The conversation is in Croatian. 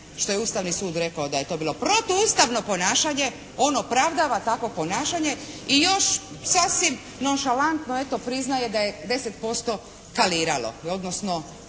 što je Ustavni sud rekao da je to bilo protuustavno ponašanje, on opravdava takvo ponašanje i još sasvim nonšalantno eto priznaje da je 10% kaliralo odnosno